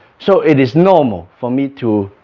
so it is normal for me to